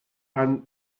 anne